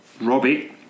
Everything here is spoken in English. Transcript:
Robbie